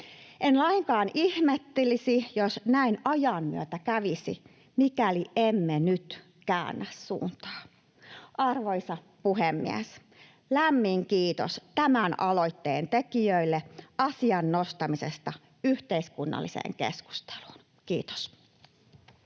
En lainkaan ihmettelisi, jos näin ajan myötä kävisi, mikäli emme nyt käännä suuntaa. Arvoisa puhemies! Lämmin kiitos tämän aloitteen tekijöille asian nostamisesta yhteiskunnalliseen keskusteluun. — Kiitos.